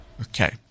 Okay